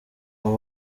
aba